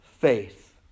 faith